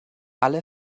alle